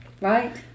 Right